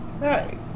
right